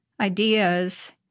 ideas